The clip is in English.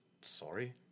Sorry